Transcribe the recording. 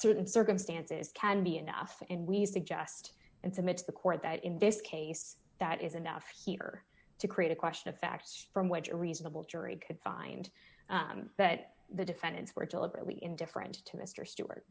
certain circumstances can be enough and we suggest and submit to the court that in this case that is enough here to create a question of facts from which a reasonable jury could find that the defendants were deliberately indifferent to mr stewart